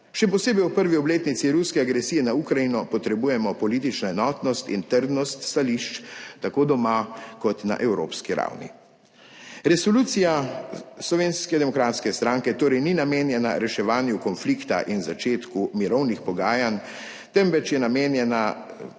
Še posebej v prvi obletnici ruske agresije na Ukrajino potrebujemo politično enotnost in trdnost stališč, tako doma, kot na evropski ravni. Resolucija Slovenske demokratske stranke torej ni namenjena reševanju konflikta in začetku mirovnih pogajanj, temveč je namenjena